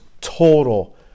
total